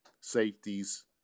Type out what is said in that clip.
safeties